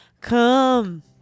Come